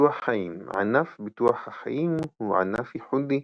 ביטוח חיים ענף ביטוח החיים הוא ענף ייחודי